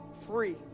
free